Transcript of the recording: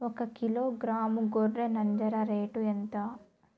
ఒకకిలో గ్రాము గొర్రె నంజర రేటు ఎంత?